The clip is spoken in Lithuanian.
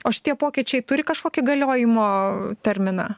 o šitie pokyčiai turi kažkokį galiojimo terminą